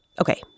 Okay